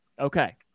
Okay